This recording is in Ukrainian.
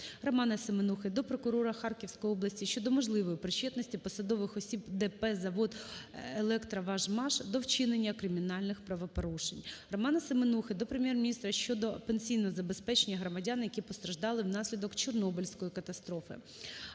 Романа Семенухи до прокурора Харківської області щодо можливої причетності посадових осіб ДП "Завод "Електроважмаш" до вчинення кримінальних правопорушень. Романа Семенухи до Прем'єр-міністра щодо пенсійного забезпечення громадян, які постраждали внаслідок Чорнобильської катастрофи.